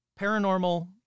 paranormal